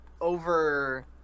over